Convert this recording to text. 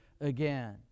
again